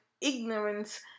ignorance